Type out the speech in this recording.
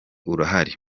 urahari